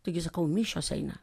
taigi sakau mišios eina